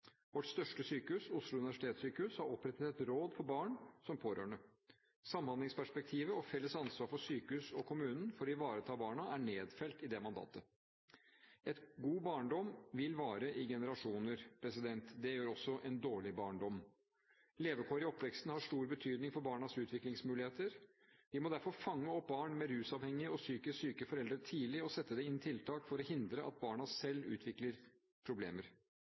Vårt største sykehus, Oslo Universitetssykehus, har opprettet et råd for barn som pårørende. Samhandlingsperspektivet og felles ansvar for sykehus og kommune for å ivareta barna er nedfelt i det mandatet. En god barndom vil vare i generasjoner. Det gjør også en dårlig barndom. Levekår i oppveksten har stor betydning for barnas utviklingsmuligheter. Vi må derfor fange opp barn med rusavhengige og psykisk syke foreldre tidlig og sette inn tiltak for å hindre at barna selv utvikler problemer.